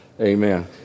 amen